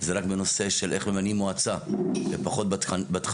זה רק בנושא של איך ממנים מועצה ופחות בתכנים.